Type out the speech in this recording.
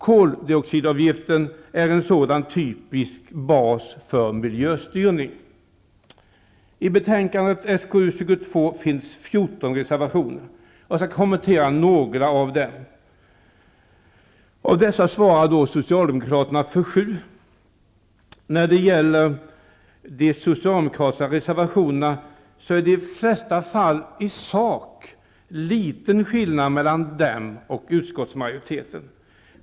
Koldioxidavgiften är en sådan typisk bas för miljöstyrning. I betänkande SkU22 finns 14 reservationer, och jag skall kommentera några av dem. Socialdemokraterna svarar för sju stycken. Det är i de flesta fall i sak liten skillnad mellan de socialdemokratiska reservationerna och utskottsmajoritetens förslag.